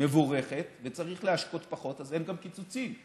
מבורכת וצריך להשקות פחות אז אין גם קיצוצים,